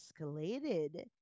escalated